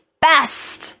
best